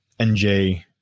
NJ